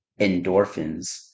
endorphins